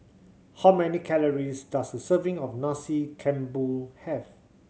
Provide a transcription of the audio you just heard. how many calories does a serving of Nasi Campur have